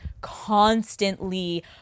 constantly